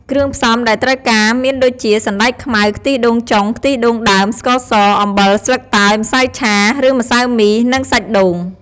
គ្រឿងផ្សំដែលត្រូវការមានដូចជា សណ្ដែកខ្មៅ ខ្ទិះដូងចុង ខ្ទិះដូងដើម ស្ករស អំបិល ស្លឹកតើយ ម្សៅឆា ឬម្សៅមី និងសាច់ដូង។